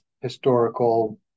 historical